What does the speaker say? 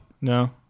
No